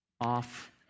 off